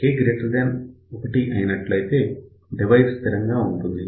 K 1 అయినట్లయితే device స్థిరం గా ఉంటుంది